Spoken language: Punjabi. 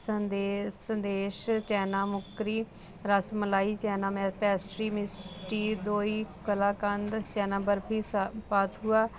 ਸੰਦੇਸ਼ ਸੰਦੇਸ਼ ਚਨਾ ਮੁਕਰੀ ਰਸ ਮਲਾਈ ਚਨਾ ਪੈਸਟਰੀ ਮਸਟਰੀ ਦੋਹੀ ਕਲਾਕੰਦ ਚਨਾ ਬਰਫੀ